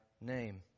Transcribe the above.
name